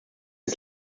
ist